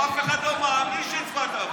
גם אף אחד לא מאמין שהצבעת עבורי.